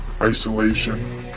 isolation